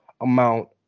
amount